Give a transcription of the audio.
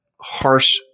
harsh